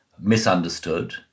misunderstood